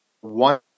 One